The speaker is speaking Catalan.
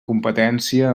competència